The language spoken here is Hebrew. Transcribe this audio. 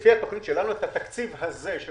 לפי התוכנית שלנו התקציב הזה,